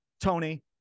Tony